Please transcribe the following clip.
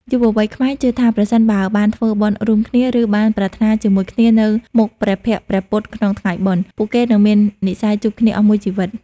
យុវវ័យខ្មែរជឿថា ប្រសិនបើបានធ្វើបុណ្យរួមគ្នា ឬបានប្រាថ្នាជាមួយគ្នានៅមុខព្រះភក្ត្រព្រះពុទ្ធក្នុងថ្ងៃបុណ្យ ពួកគេនឹងមាននិស្ស័យជួបគ្នាអស់មួយជីវិត។